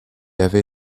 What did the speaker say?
avait